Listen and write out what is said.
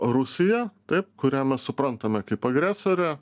rusija taip kurią mes suprantame kaip agresorę